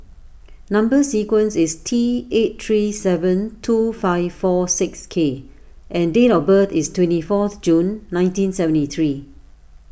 Number Sequence is T eight three seven two five four six K and date of birth is twenty fourth June nineteen seventy three